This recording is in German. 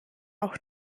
auch